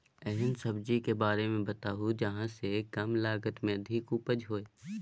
एहन सब्जी के बारे मे बताऊ जाहि सॅ कम लागत मे अधिक उपज होय?